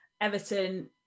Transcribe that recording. Everton